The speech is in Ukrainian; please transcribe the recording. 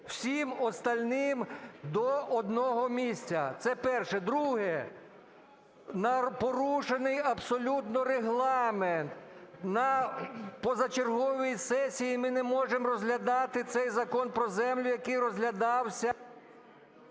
Всім остальным "до одного місця". Це перше. Друге. Порушений абсолютно Регламент. На позачерговій сесії ми не можемо розглядати цей Закон про землю, який розглядався…